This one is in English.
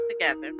together